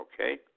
Okay